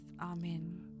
Amen